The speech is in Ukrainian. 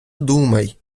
думай